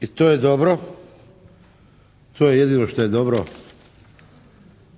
I to je dobro. To je jedino što je dobro,